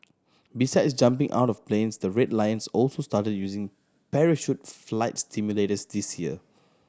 besides jumping out of planes the Red Lions also started using parachute flight simulators this year